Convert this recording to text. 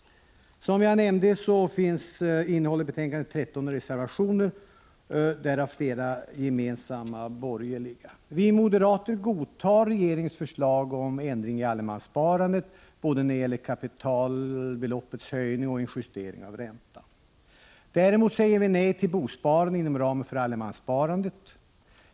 Som jag nämnde innehåller betänkandet 13 reservationer, därav flera gemensamma borgerliga. Vi moderater godtar regeringens förslag om ändring i allemanssparandet, när det gäller både kapitalbeloppets höjning och en justering av räntan. Däremot säger vi nej till bosparande inom ramen för allemanssparandet.